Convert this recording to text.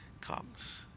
comes